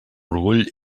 orgull